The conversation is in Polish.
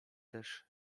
też